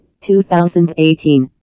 2018